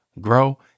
grow